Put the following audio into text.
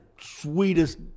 sweetest